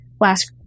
last